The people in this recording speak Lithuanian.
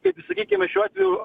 kaip ir sakykime šiuo atveju